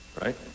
right